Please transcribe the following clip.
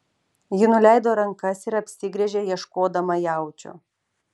ji nuleido rankas ir apsigręžė ieškodama jaučio